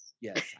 Yes